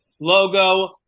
logo